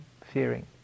fearing